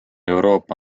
euroopa